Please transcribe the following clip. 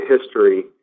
history